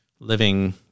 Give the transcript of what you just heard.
living